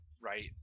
right